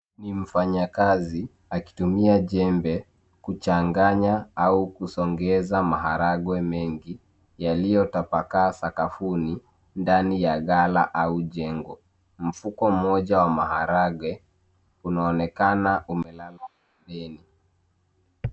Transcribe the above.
Ni mfanyakazi akitumia jembe kuchanganya au kusongeza maharagwe mengi yaliyotapakaa sakafuni ndani ya gala au jengo mfuko mmoja wa maharagwe unaonekana umelala